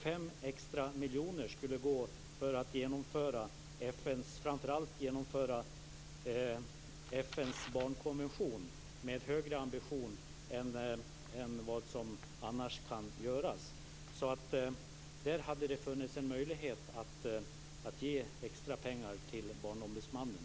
5 extra miljoner skulle framför allt gå till att genomföra FN:s barnkonvention med en högre ambition än som annars kan göras. Där hade det alltså funnits en möjlighet att ge extra pengar till Barnombudsmannen.